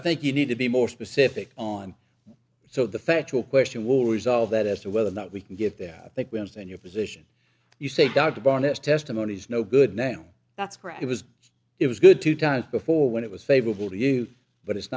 think you need to be more specific on so the factual question will resolve that as to whether or not we can give that i think we understand your position you say dr barnett testimony is no good now that's correct it was it was good two times before when it was favorable to you but it's